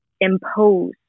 impose